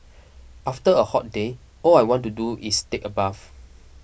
after a hot day all I want to do is take a bath